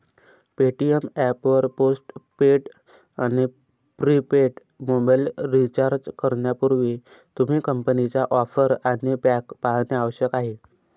Paytm app वर postpaid आणि prepaid mobile recharge करण्यापूर्वी, तुम्ही कंपनीच्या ऑफर आणि पॅक पाहणे आवश्यक आहे